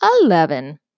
eleven